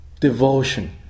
devotion